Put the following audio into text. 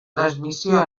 transmissió